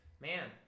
Man